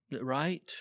right